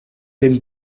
dem